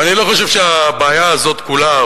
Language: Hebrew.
ואני לא חושב שהבעיה הזאת כולה,